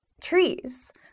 trees